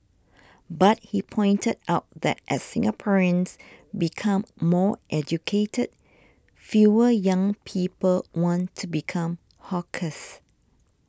but he pointed out that as Singaporeans become more educated fewer young people want to become hawkers